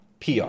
PR